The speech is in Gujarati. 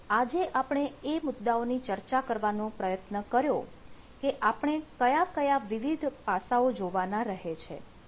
તો આજે આપણે એ મુદ્દાઓ ની ચર્ચા કરવાનો પ્રયત્ન કર્યો કે આપણે કયા કયા વિવિધ પાસાઓ જોવાના રહે છે